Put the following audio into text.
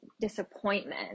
disappointment